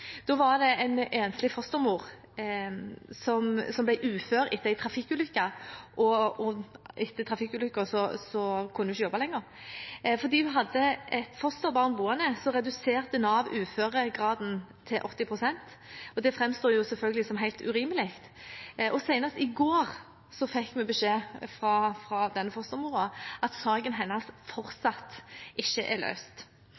Da var det en enslig fostermor som ble ufør etter en trafikkulykke, og etter trafikkulykken kunne hun ikke jobbe lenger. Fordi hun hadde et fosterbarn boende, reduserte Nav uføregraden til 80 pst, og det framstår selvfølgelig som helt urimelig. Senest i går fikk vi beskjed fra denne fostermoren om at saken hennes